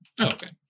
Okay